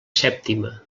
sèptima